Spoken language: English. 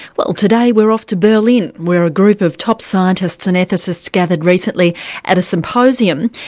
well today we're off to berlin, where a group of top scientists and ethicists gathered recently at a symposium,